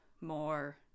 more